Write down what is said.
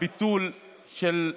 ההכרה בנספים,